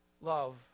love